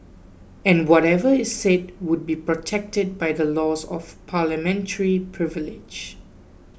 and whatever is said would be protected by the laws of parliamentary privilege